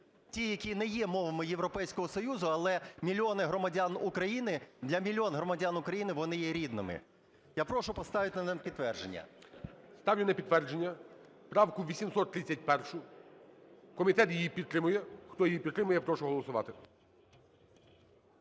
ті, які не є мовами Європейського Союзу, але мільйони громадян України... для мільйонів громадян України вони є рідними? Я прошу поставити на підтвердження. ГОЛОВУЮЧИЙ. Ставлю на підтвердження правку 831. Комітет її підтримує. Хто її підтримує, я прошу голосувати.